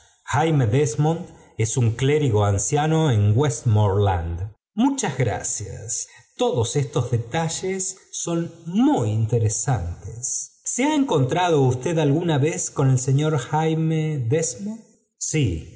jaime desmond es un clérigo anciano de westmoreland ríóohas gracias todo estos detalles on muy intereáánte se ha encontrado usted alguna vez con el sefior jaime desmond sí